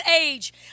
age